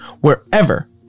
wherever